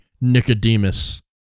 Nicodemus